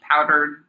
powdered